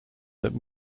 that